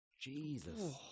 Jesus